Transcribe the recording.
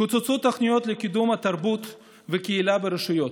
קוצצו תוכניות לקידום התרבות והקהילה ברשויות,